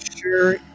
sure